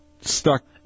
stuck